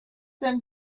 been